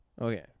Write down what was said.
Okay